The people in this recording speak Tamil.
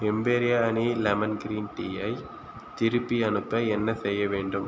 எம்பேரியா ஹனி லெமன் கிரீன் டீயை திருப்பி அனுப்ப என்ன செய்ய வேண்டும்